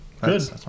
good